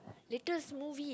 latest movie